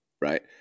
right